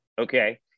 okay